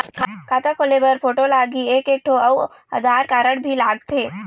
खाता खोले बर फोटो लगही एक एक ठो अउ आधार कारड भी लगथे?